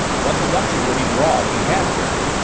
what deduction would he draw if he had heard?